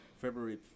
February